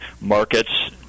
markets